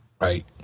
Right